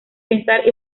pensar